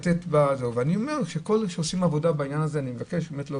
אני מבקש מכל אלה שעושים עבודה בעניין הזה להוסיף.